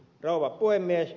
rouva puhemies